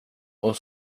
och